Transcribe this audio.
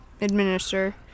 administer